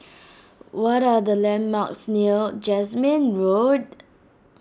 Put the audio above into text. what are the landmarks near Jasmine Road